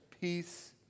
peace